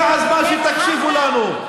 הגיע הזמן שתקשיבו לנו.